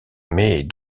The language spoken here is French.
mais